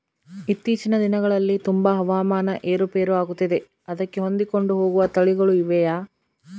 ಇತ್ತೇಚಿನ ದಿನಗಳಲ್ಲಿ ತುಂಬಾ ಹವಾಮಾನ ಏರು ಪೇರು ಆಗುತ್ತಿದೆ ಅದಕ್ಕೆ ಹೊಂದಿಕೊಂಡು ಹೋಗುವ ತಳಿಗಳು ಇವೆಯಾ?